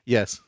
Yes